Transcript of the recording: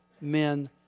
men